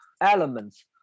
elements